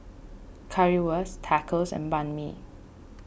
Currywurst Tacos and Banh Mi